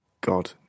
God